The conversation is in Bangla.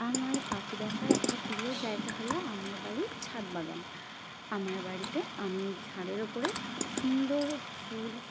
আমার পাখি দেখার একটা প্রিয় জায়গা হলো আমার বাড়ির ছাদ বাগান আমার বাড়িতে আমি ছাদের ওপরে সুন্দর ফুল